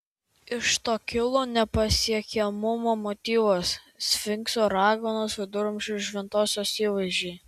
iš to kilo nepasiekiamumo motyvas sfinkso raganos viduramžių šventosios įvaizdžiai